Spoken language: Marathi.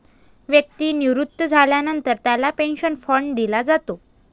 व्यक्ती निवृत्त झाल्यानंतर त्याला पेन्शन फंड दिला जातो